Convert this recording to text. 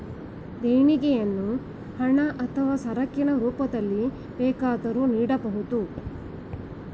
ದೇಣಿಗೆಯನ್ನು ಹಣ ಅಥವಾ ಸರಕಿನ ರೂಪದಲ್ಲಿ ಬೇಕಾದರೂ ನೀಡಬೋದು